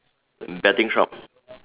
betting shop